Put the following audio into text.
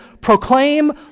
proclaim